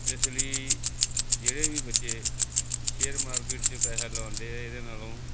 ਇਸ ਲਈ ਜਿਹੜੇ ਵੀ ਬੱਚੇ ਸ਼ੇਅਰ ਮਾਰਕੀਟ 'ਚ ਪੈਸਾ ਲਾਉਂਦੇ ਆ ਇਹਦੇ ਨਾਲੋਂ